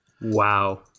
Wow